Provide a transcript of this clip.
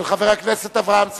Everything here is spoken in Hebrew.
של חבר הכנסת אברהים צרצור.